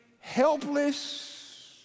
helpless